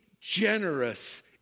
generous